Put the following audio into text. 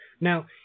Now